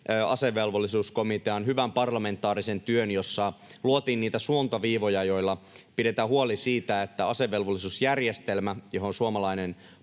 asevelvollisuuskomitean hyvän parlamentaarisen työn, jossa luotiin niitä suuntaviivoja, joilla pidetään huoli siitä, että asevelvollisuusjärjestelmä, johon suomalainen